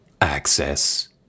access